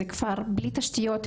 זה כפר בלי תשתיות,